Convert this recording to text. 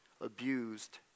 abused